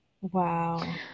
wow